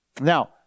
Now